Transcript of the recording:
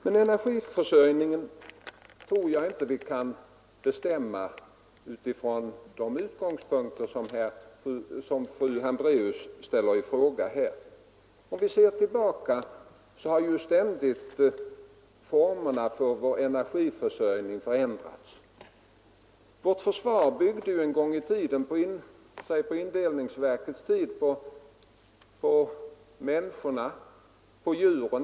Men energiförsörjningen tror jag inte att vi kan bestämma utifrån de utgångspunkter som fru Hambraeus här tog upp. Om vi ser tillbaka i historien kan vi konstatera att formerna för vår energiförsörjning ständigt har förändrats. På indelningsverkets tid byggde man försvaret på människor och djur.